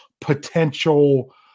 potential